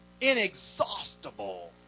inexhaustible